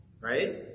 Right